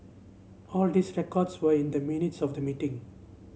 all these records were in the minutes of the meeting